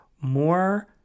more